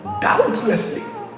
doubtlessly